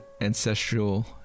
ancestral